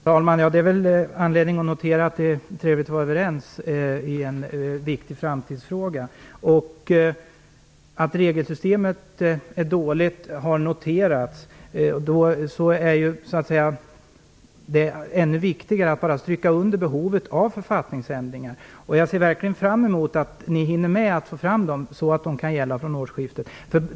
Herr talman! Det finns anledning att notera att det är trevligt att vara överens i en viktig framtidsfråga. Att regelsystemet är dåligt har noterats. Då är det ännu viktigare att understryka behovet av författningsändringar. Jag ser verkligen fram emot att ni hinner med att införa dessa ändringar så att de kan gälla från årsskiftet.